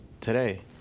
today